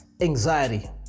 anxiety